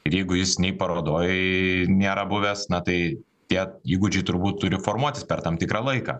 ir jeigu jis nei parodoj nėra buvęs na tai tie įgūdžiai turbūt turi formuotis per tam tikrą laiką